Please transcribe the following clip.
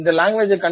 language